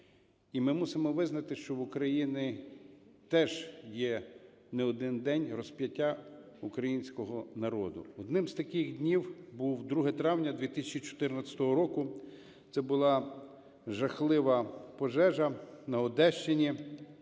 І ми мусимо визнати, що в Україні теж є не один день розп'яття українського народу. Одним з таких днів був 2 травня 2014 року, це була жахлива пожежа на Одещині,